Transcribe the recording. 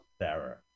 Sarah